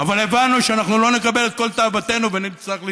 אבל הבנו שאנחנו לא נקבל את כל תאוותנו ונצטרך להתפשר,